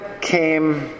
came